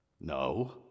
No